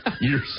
years